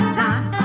time